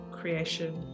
creation